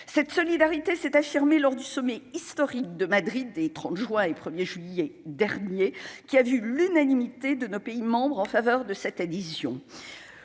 cette solidarité s'est affirmé lors du sommet historique de Madrid et 30 juin et 1er juillet dernier qui a vu l'unanimité de nos pays membres en faveur de cette édition,